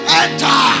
enter